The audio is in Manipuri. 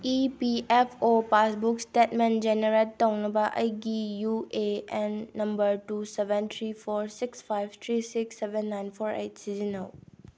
E P F O passbook statement generate ꯇꯧꯅꯕ ꯑꯩꯒꯤ U A N number two seven three four six five three six seven nine four eight ꯁꯤꯖꯤꯟꯅꯧ